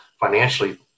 financially